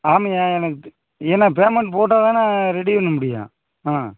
ஆமாய்யா எனக்கு ஏன்னால் பேமெண்ட் போட்டால் தானே ரெடி பண்ண முடியும் ஆ